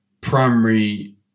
primary